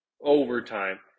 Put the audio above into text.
overtime